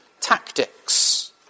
tactics